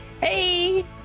Hey